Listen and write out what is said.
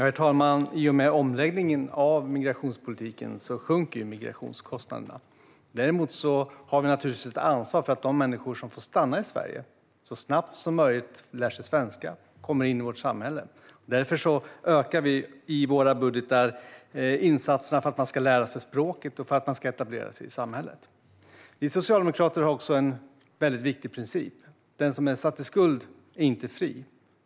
Herr talman! I och med omläggningen av migrationspolitiken sjunker migrationskostnaderna. Vi har dock ett ansvar för att de människor som får stanna i Sverige så snabbt som möjligt lär sig svenska och kommer in i vårt samhälle. Därför ökar vi i våra budgetar insatserna för att de ska lära sig språket och etablera sig i samhället. Vi socialdemokrater har en viktig princip: Den som är satt i skuld är inte fri.